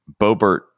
Bobert